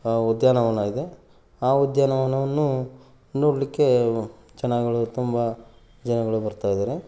ಉದ್ಯಾನವನ ಇದೆ ಆ ಉದ್ಯಾನವನವನ್ನು ನೋಡಲಿಕ್ಕೆ ಜನಗಳು ತುಂಬ ಜನಗಳು ಬರ್ತಾ ಇದ್ದಾರೆ